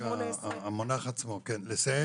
בשביל זה אני אומר שהמונח עצמו לסיים